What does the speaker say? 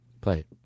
Play